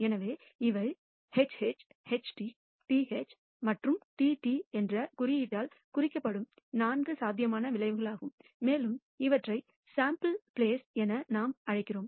எனவே இவை HH HT TH மற்றும் TT என்ற குறியீட்டால் குறிக்கப்படும் நான்கு சாத்தியமான விளைவுகளாகும் மேலும் இவற்றை சேம்பிள் ப்ளேஸ் என நாம் அழைக்கிறோம்